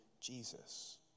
Jesus